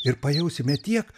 ir pajausime tiek